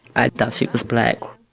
i thought she was black.